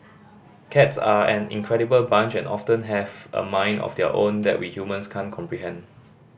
cats are an incredible bunch and often have a mind of their own that we humans can't comprehend